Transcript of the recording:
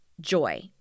joy